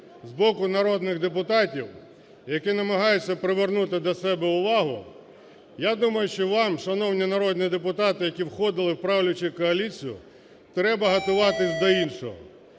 з боку народних депутатів, які намагаються привернути до себе увагу, я думаю, що вам шановні народні депутати, які входили в правлячу коаліцію, треба готуватись до іншого.